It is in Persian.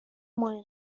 ماهی